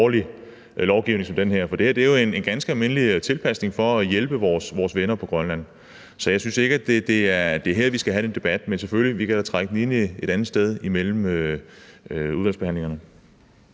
alvorlig lovgivning, som den her, for det her er jo en ganske almindelig tilpasning for at hjælpe vores venner på Grønland. Så jeg synes ikke, at det er her, vi skal have den debat, men vi kan selvfølgelig tage det op et andet sted imellem udvalgsbehandlingerne.